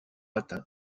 atteint